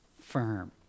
firm